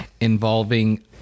involving